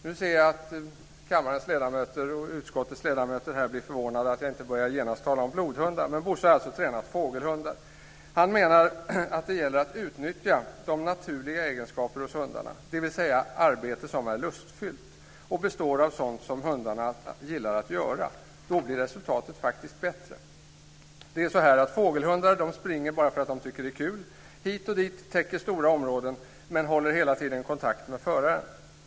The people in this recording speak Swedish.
Nu ser jag att kammarens ledamöter, utskottets ledamöter, blir förvånade över att jag inte genast börjar tala om blodhundar. Bosse har alltså tränat fågelhundar. Han menar att det gäller att utnyttja de naturliga egenskaperna hos hundarna, dvs. få dem att utföra ett arbete som är lustfyllt och som består av sådant som hundarna gillar att göra. Då blir resultatet faktiskt bättre. Fågelhundar springer bara för att de tycker att det är kul. De springer hit och dit och täcker stora områden men håller hela tiden kontakt med föraren.